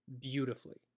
beautifully